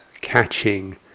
catching